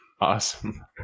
Awesome